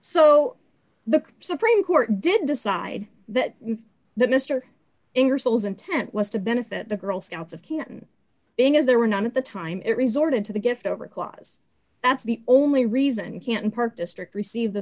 so the supreme court did decide that the mr ingersoll's intent was to benefit the girl scouts of canton being as there were none at the time it resorted to the gift over a clause that's the only reason can park district receive the